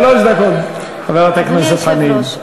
שלוש דקות, חברת הכנסת חנין.